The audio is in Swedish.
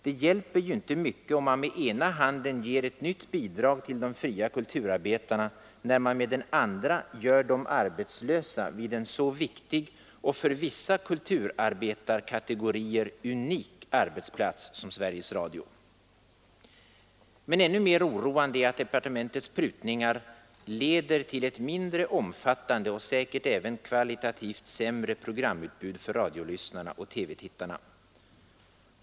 Det hjälper ju inte mycket om man med ena handen ger ett nytt bidrag till de fria kulturarbetarna, när man med den andra gör dem arbetslösa vid en viktig och för vissa kulturarbetarkategorier unik arbetsplats som Sveriges Radio. Men ännu mer oroande är att departementets prutningar leder till ett mindre omfattande och säkert även kvalitativt sämre programutbud för radiolyssnarna och TV-tittarna.